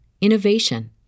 innovation